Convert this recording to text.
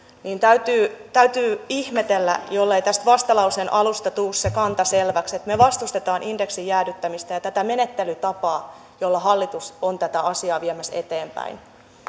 niin täytyy täytyy ihmetellä jollei tästä vastalauseen alusta tule se kanta selväksi että me vastustamme indeksin jäädyttämistä ja tätä menettelytapaa jolla hallitus on tätä asiaa viemässä eteenpäin